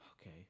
Okay